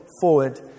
forward